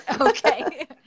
Okay